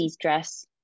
dress